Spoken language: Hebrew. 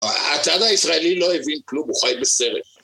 הצד הישראלי לא הבין כלום, הוא חי בסרט.